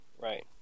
Right